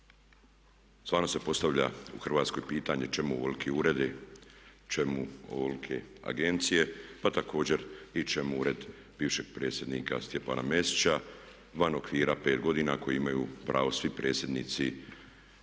Stvarno se postavlja u Hrvatskoj pitanje čemu ovoliki uredi, čemu ovolike agencije pa također i čemu Ured bivšeg predsjednika Stjepana Mesića van okvira 5 godina koji imaju pravo svi predsjednici